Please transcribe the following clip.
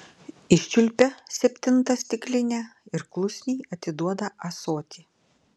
iščiulpia septintą stiklinę ir klusniai atiduoda ąsotį